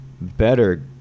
better